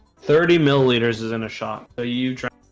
thirty milliliters is in a shot a you try